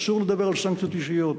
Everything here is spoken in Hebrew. אסור לדבר על סנקציות אישיות.